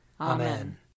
Amen